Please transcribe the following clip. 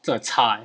真的差